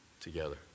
together